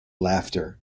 laughter